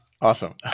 awesome